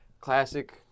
classic